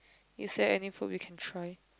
is there any food we can try